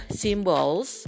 symbols